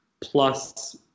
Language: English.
Plus